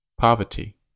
poverty